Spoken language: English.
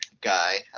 guy